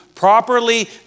properly